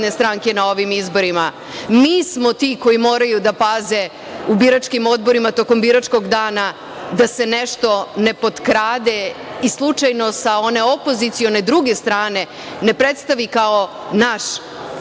Mi smo ti koji moraju da paze u biračkim odborima, tokom biračkog dana da se nešto ne potkrade i slučajno sa one opozicione druge strane ne predstavi kao naš